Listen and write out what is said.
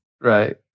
right